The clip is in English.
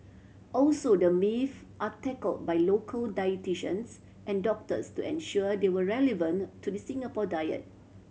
also the myths are tackled by local dietitians and doctors to ensure they are relevant to the Singapore diet